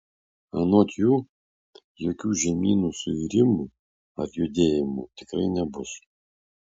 anot jų jokių žemynų suirimų ar judėjimų tikrai nebus